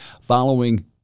Following